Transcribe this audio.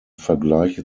vergleiche